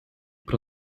про